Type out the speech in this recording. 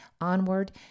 onward